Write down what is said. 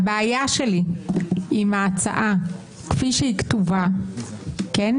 הבעיה שלי עם ההצעה כפי שהיא כתובה היא